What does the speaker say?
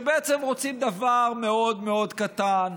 שבעצם רוצים דבר מאוד מאוד קטן: